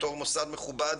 בתור מוסד מכובד,